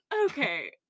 Okay